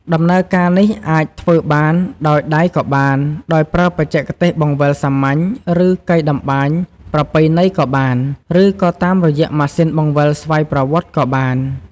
ដំណើរការនេះអាចធ្វើបាន ដោយដៃក៏បាន ដោយប្រើបច្ចេកទេសបង្វិលសាមញ្ញ ឬកីតម្បាញប្រពៃណីក៏បាន ឬក៏តាមរយៈម៉ាស៊ីនបង្វិលស្វ័យប្រវត្តិក៏បាន។